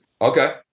Okay